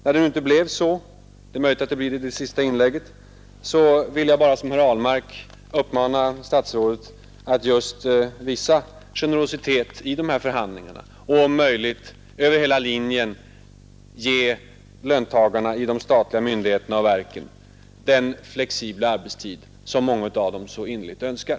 När det nu inte blev så — det är möjligt att så blir fallet i det sista inlägget i denna debatt — vill jag bara som herr Ahlmark uppmana statsrådet att just visa generositet vid dessa förhandlingar och om möjligt över hela linjen ge löntagarna i de statliga myndigheterna och verken den flexibla arbetstid som många av dem så innerligt önskar.